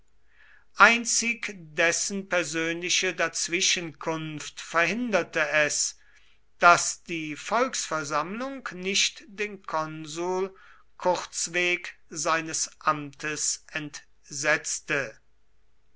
einzig dessen persönliche dazwischenkunft verhinderte es daß die volksversammlung nicht den konsul kurzweg seines amtes entsetzte